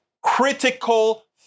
critical